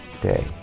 day